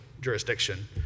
jurisdiction